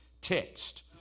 text